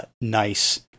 nice